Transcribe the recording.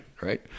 right